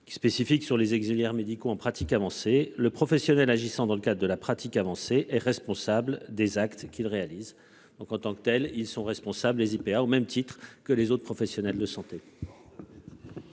qui spécifique sur les exilés médicaux en pratique avancée le professionnel agissant dans le cadre de la pratique avancée est responsable des actes qu'ils réalisent. Donc en tant que telle. Ils sont responsables les IPA au même titre que les autres professionnels de leçon.